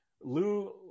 Lou